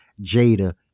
Jada